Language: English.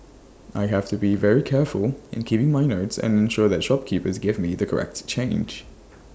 I have to be very careful in keeping my notes and ensure that shopkeepers give me the correct change